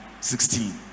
sixteen